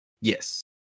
Yes